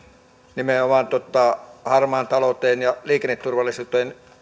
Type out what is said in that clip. nimenomaan harmaaseen talouteen ja liikenneturvallisuuteen